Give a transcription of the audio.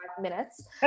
minutes